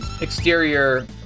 exterior